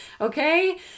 Okay